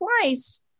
twice